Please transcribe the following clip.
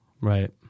right